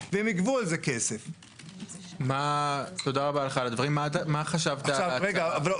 לכן אני חושב,